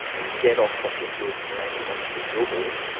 and get off fossil fuels and uranium onto renewables,